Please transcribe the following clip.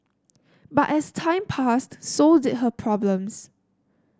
but as time passed so did her problems